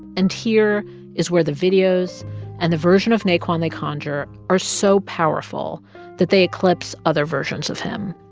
and here is where the videos and the version of naquan they conjure are so powerful that they eclipse other versions of him